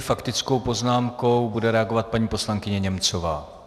Faktickou poznámkou bude reagovat paní poslankyně Němcová.